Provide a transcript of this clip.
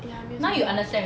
ya 没有什么的